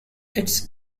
its